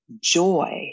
joy